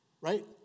right